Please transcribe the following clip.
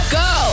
go